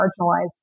marginalized